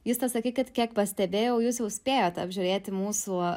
juste sakykit kiek pastebėjau jūs jau spėjot apžiūrėti mūsų